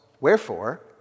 wherefore